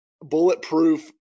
bulletproof